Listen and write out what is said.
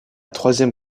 troisième